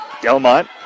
Delmont